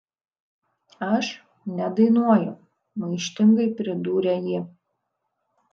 aš nedainuoju maištingai pridūrė ji